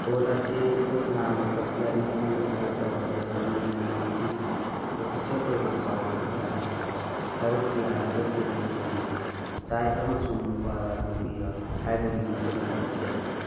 ꯕꯣꯜ ꯑꯁꯤ ꯈꯨꯠ ꯅꯥꯝꯃ ꯈꯛꯇꯅ ꯃꯊꯧ ꯇꯧꯒꯗꯕꯅꯤꯅ ꯃꯁꯤꯒꯤ ꯑꯣꯐꯤꯁꯦꯜ ꯑꯣꯏꯕ ꯆꯥꯎꯕꯒꯤ ꯆꯥꯡ ꯑꯁꯤ ꯁꯔꯨꯛ ꯌꯥꯔꯤꯕ ꯇꯤꯝꯁꯤꯡꯒꯤ ꯆꯥꯏ ꯑꯃꯁꯨꯡ ꯅꯨꯄꯥꯔꯥ ꯅꯨꯄꯤꯔꯥ ꯍꯥꯏꯕꯒꯤ ꯃꯇꯨꯡ ꯏꯟꯅ ꯈꯦꯠꯅꯩ